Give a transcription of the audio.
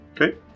Okay